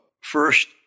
First